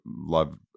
love